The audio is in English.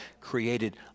created